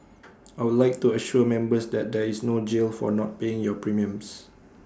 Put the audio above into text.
I would like to assure members that there is no jail for not paying your premiums